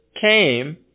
came